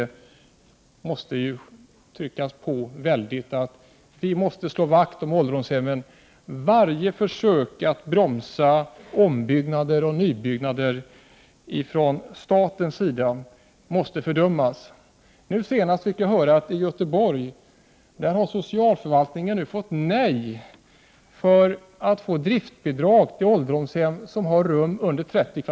Man måste trycka väldigt mycket på att vi måste slå vakt om ålderdomshemmen. Varje försök från statens sida att bromsa omoch nybyggnader måste fördömas. Nyligen hörde jag att socialförvaltningen i Göteborg har fått besked om att man inte får driftsbidrag till ålderdomshem som har rum som är mindre än 30 m?.